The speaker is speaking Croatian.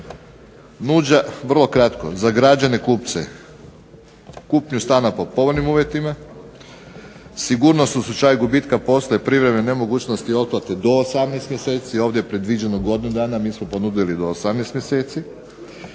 nudi vrlo kratko za građane kupce kupnju stana po povoljnim uvjetima, sigurnost u slučaju gubitka posla i privremene nemogućnosti otplate do 18 mjeseci. Ovdje je predviđeno godinu dana, a mi smo ponudili do 18 mjeseci.